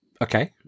Okay